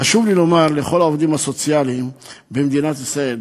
חשוב לי לומר לכל העובדים הסוציאליים במדינת ישראל,